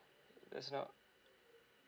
is no